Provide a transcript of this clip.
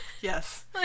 Yes